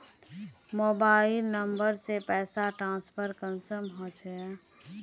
Mobile number से पैसा transfer कुंसम होचे?